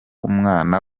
umwana